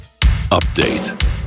Update